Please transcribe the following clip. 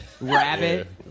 Rabbit